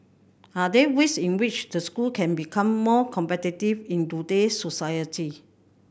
are there ways in which the school can become more competitive in today's society